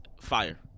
fire